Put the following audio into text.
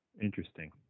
Interesting